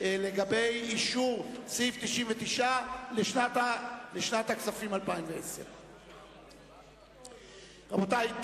לגבי אישור סעיף 99 לשנת הכספים 2010. רבותי,